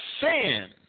sin